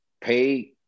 pay